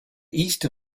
east